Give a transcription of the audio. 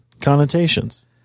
connotations